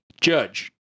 Judge